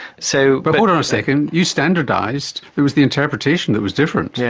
so but hold on a second, you standardised, it was the interpretation that was different. yeah